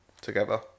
together